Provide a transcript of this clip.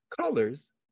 colors